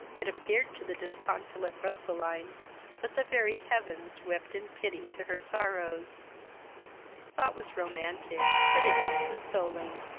it appeared to the disconsolate roseline that the very heavens wept in pity to her sorrows the thought was romantic, but it was consoling.